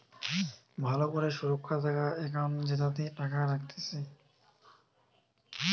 ভালো করে সুরক্ষা থাকা একাউন্ট জেতাতে টাকা রাখতিছে